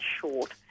short